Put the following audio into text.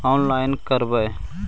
Online करवे?